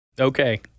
Okay